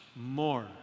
more